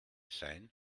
sein